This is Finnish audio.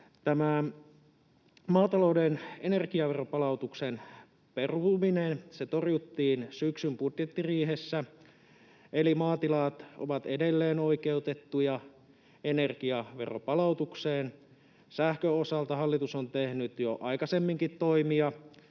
maatalouden energiaveron palautuksen peruminen torjuttiin syksyn budjettiriihessä, eli maatilat ovat edelleen oikeutettuja energiaveron palautukseen. Sähkön osalta hallitus on tehnyt jo aikaisemminkin toimia